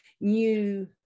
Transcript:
New